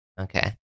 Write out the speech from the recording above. okay